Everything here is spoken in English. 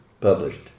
published